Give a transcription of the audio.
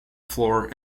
floor